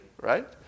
right